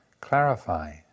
clarify